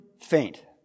faint